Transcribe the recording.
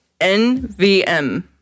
NVM